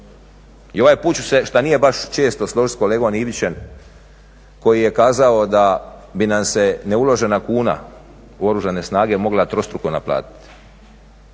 I ovaj put ću se, što nije baš često, složiti s kolegom Ivićem koji je kazao da bi nam se neuložena kuna u Oružane snage mogla trostruko naplatiti.